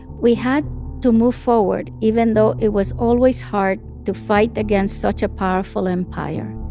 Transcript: we had to move forward, even though it was always hard to fight against such a powerful empire.